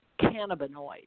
cannabinoids